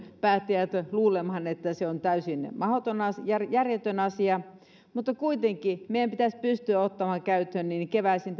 päättäjät luulemaan että se on täysin järjetön asia mutta kuitenkin meidän pitäisi pystyä ottamaan käyttöön keväisin